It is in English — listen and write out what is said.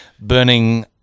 burning